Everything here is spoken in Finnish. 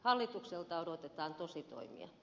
hallitukselta odotetaan tositoimia